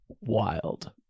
wild